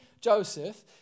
Joseph